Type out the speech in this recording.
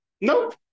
Nope